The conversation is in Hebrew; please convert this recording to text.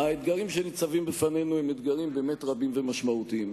האתגרים שניצבים בפנינו הם אתגרים באמת רבים ומשמעותיים.